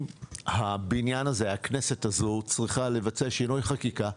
האם הכנסת הזו צריכה לבצע שינוי חקיקה,